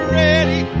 ready